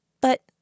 But